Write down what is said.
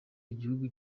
igihugu